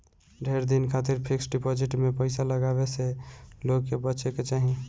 ढेर दिन खातिर फिक्स डिपाजिट में पईसा लगावे से लोग के बचे के चाही